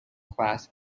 class